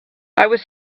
was